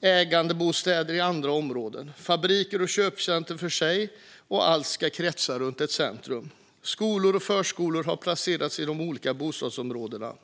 ägandebostäder i andra områden och fabriker och köpcentrum för sig, och allt ska kretsa runt ett centrum. Skolor och förskolor har placerats i de olika bostadsområdena.